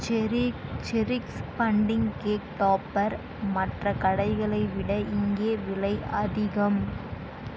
செரிக் செரிஷ்க்ஸ் bunting cake topper மற்ற கடைகளை விட இங்கே விலை அதிகம்